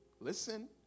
Listen